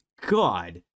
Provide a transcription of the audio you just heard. God